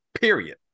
period